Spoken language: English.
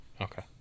okay